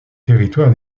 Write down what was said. territoire